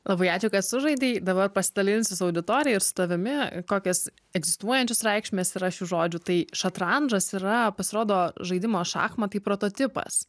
labai ačiū kad sužaidei dabar pasidalinsiu su auditorija ir su tavimi kokios egzistuojančios reikšmės yra šių žodžių tai šatrandžas yra pasirodo žaidimo šachmatai prototipas